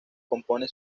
compone